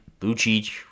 Lucic